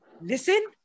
Listen